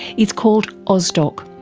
it's called ausdocc.